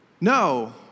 No